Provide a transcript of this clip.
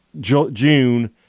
June